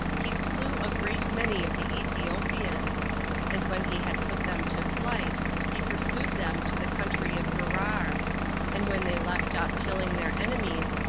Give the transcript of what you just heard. he slew a great many of the ethiopians and when he had put them to flight, he pursued them to the country of gerar and when they left off killing their enemies,